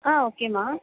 ஆ ஒகேமா